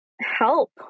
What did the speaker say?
help